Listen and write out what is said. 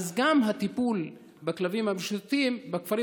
אז גם את הטיפול בכלבים המשוטטים בכפרים